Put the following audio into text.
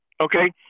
Okay